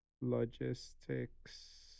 logistics